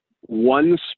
one